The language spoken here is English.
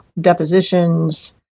depositions